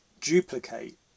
duplicate